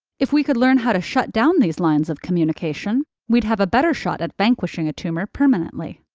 if we could learn how to shut down these lines of communication, we'd have a better shot at vanquishing a tumor permanently.